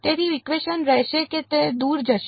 તેથી ઇકવેશન રહેશે કે તે દૂર જશે